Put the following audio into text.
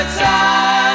time